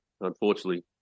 unfortunately